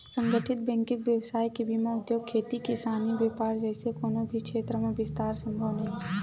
संगठित बेंकिग बेवसाय के बिना उद्योग, खेती किसानी, बेपार जइसे कोनो भी छेत्र म बिस्तार संभव नइ हे